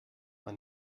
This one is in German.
war